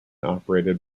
operated